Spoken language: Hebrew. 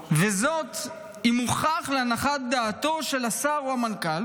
וזאת אם הוכח להנחת דעתו של השר או המנכ"ל